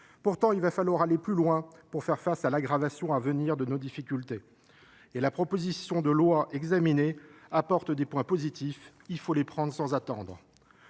Pourtant, il va falloir aller plus loin pour faire face à l’aggravation à venir de nos difficultés. À cet égard, la présente proposition de loi contient des points positifs. Il faut les prendre sans attendre.